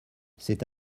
c’est